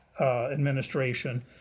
administration